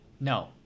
no